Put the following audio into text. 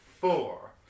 four